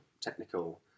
technical